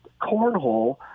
Cornhole